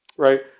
right?